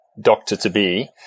doctor-to-be